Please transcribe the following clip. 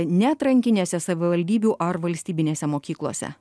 ne atrankinėse savivaldybių ar valstybinėse mokyklose